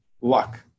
luck